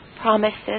promises